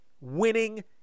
winning